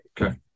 Okay